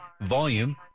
volume